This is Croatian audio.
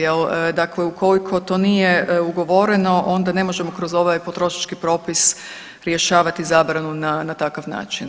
Jer dakle, ukoliko to nije ugovoreno onda ne možemo kroz ovaj potrošački propis rješavati zabranu na takav način.